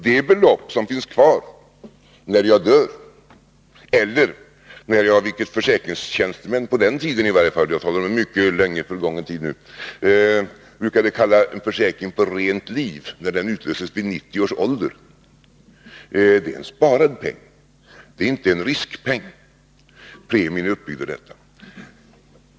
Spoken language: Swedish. Det belopp som finns kvar när jag dör eller när jag — vilket försäkringstjänstemän på den tid jag nu talar om, en sedan länge förgången tid, brukade kalla försäkring på rent liv— vid 90 års ålder vill lösa ut försäkringen är en sparad peng, det är inte en riskpeng. Premien är uppbyggd för detta.